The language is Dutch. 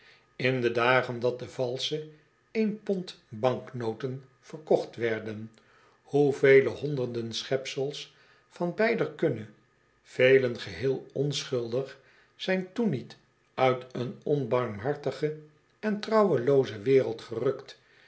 in de dagen dat de valsche één pond banknoten verkocht werden hoevele honderden schepsels van beider kunne velen geheel onschuldig zijn toen niet uit een onbarmhartige en trouwelooze wereld gerukt